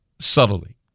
subtly